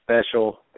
special